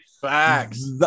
facts